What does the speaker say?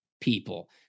people